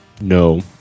no